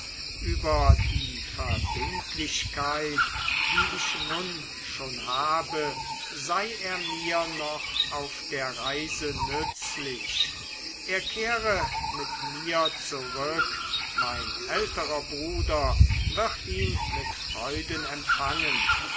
über die verbindlichkeit die ich nun schon habe sei er mir noch auf der reise nützlich er kehre mit mir zurück mein älterer bruder wird ihn mit freuden empfangen